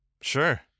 Sure